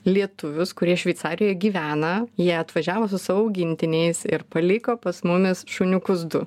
lietuvius kurie šveicarijoj gyvena jie atvažiavo su savo augintiniais ir paliko pas mumis šuniukus du